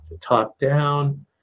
top-down